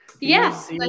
Yes